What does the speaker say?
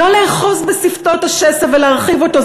לא לאחוז בשפתות השסע ולהרחיב אותו.